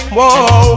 Whoa